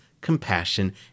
compassion